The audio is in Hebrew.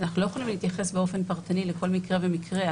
אנחנו לא יכולים להתייחס באופן פרטני לכל מקרה ומקרה.